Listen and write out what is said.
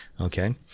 Okay